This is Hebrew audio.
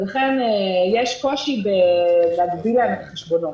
ולכן, יש קושי בלהגביל להם את החשבונות.